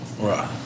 Right